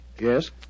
Yes